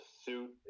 suit